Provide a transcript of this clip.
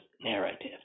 narrative